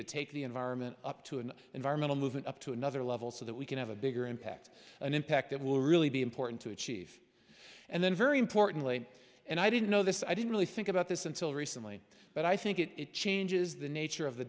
to take the environment up to an environmental movement up to another level so that we can have a bigger impact an impact that will really be important to achieve and then very importantly and i didn't know this i didn't really think about this until recently but i think it changes the nature of the